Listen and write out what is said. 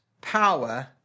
power